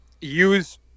use